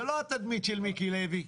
זה לא התדמית של מיקי לוי.